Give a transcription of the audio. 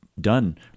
done